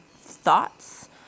thoughts